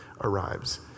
arrives